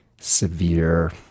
severe